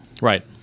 right